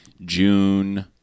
June